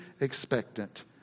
expectant